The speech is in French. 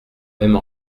même